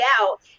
out